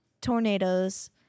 tornadoes